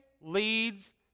leads